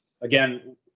again